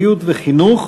בריאות וחינוך,